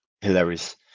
hilarious